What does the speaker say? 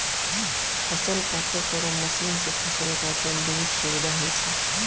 फसल काटै केरो मसीन सँ फसल काटै म बहुत सुबिधा होय छै